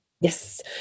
Yes